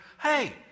Hey